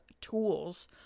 tools